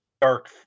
dark